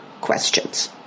questions